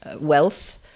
wealth